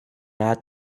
add